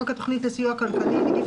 1. בחוק התוכנית לסיוע כלכלי (נגיף